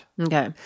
Okay